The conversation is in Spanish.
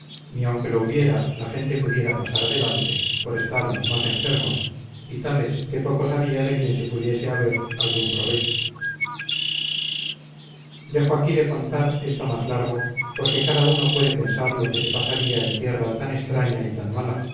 ni aunque lo hubiera la gente pudiera pasar adelante por estar los más enfermos y tales que pocos había de quien se pudiese haber algún provecho dejo aquí de contar esto más largo porque cada uno puede pensar lo que se pasaría en tierra tan extraña y tan mala